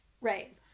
Right